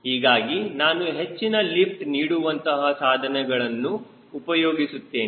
ಹೀಗಾಗಿ ನಾನು ಹೆಚ್ಚಿನ ಲಿಫ್ಟ್ ನೀಡುವಂತಹ ಸಾಧನಗಳನ್ನು ಉಪಯೋಗಿಸುತ್ತೇನೆ